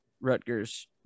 Rutgers